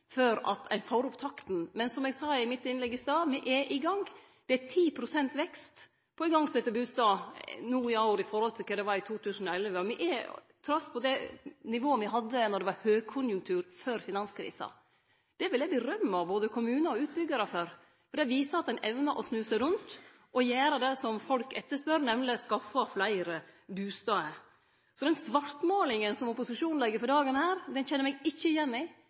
tid før ein får opp takta. Men som eg sa i mitt innlegg i stad: Me er i gang. Det er 10 pst. vekst på igangsette bustader no i år i forhold til kva det var i 2011. Me er straks på det nivået me hadde då det var høgkonjunktur, før finanskrisa. Det vil eg berømme både kommunar og utbyggjarar for, for det viser at ein evnar å snu seg rundt og gjere det som folk etterspør, nemleg skaffe fleire bustader. Så den svartmålinga som opposisjonen legg for dagen her, kjenner eg meg ikkje igjen i.